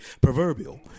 proverbial